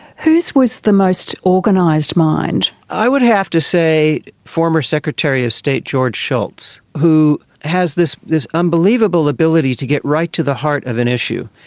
whose was the most organised mind? i would have to say former secretary of state george shultz who has this this unbelievable ability to get right to the heart of an issue.